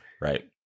Right